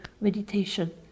meditation